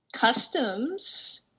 customs